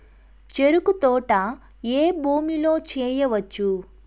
చెరుకు తోట ఏ భూమిలో వేయవచ్చు?